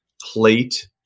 plate